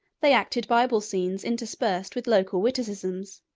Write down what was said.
they acted bible scenes interspersed with local witticisms,